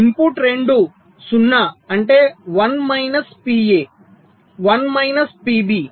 input రెండూ 0 అంటే 1 minus P A 1 minus PB